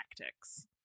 tactics